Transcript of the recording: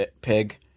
pig